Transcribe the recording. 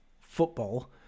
football